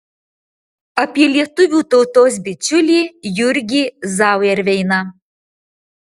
apie lietuvių tautos bičiulį jurgį zauerveiną